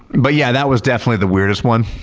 but yeah, that was definitely the weirdest one.